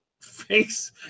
face